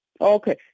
Okay